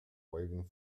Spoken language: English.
waving